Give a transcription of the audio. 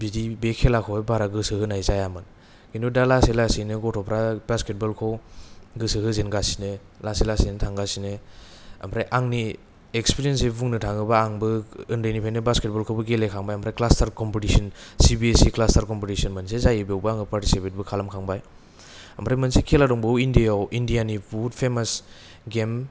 बिदि बे खेलाखौ हाय बारा गोसो होनाय जायामोन खिन्थु दा लासै लासै नो गथ'फ्रा बासकेट बलखौ गोसो होजेनगासिनो लासै लासैनो थांगासिनो ओमफाय आंनि इकस्फिरेन्स जों बुंनो थाङोब्ला आंबो उन्दैनिफ्राइनो बासकेट बलखौबो गेलेखांबाय आमफ्राय cluster competition C B S E cluster competition मोनसे जायो बेवबो आं फारथिस्पिफेटबो खालामखांबाय ओफ्राय मोनसे खेला दंबावो इण्डियाआव इण्डियानि बुहुत फेमास गेम